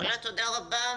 תודה רבה.